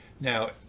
now